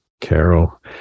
carol